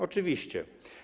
Oczywiście.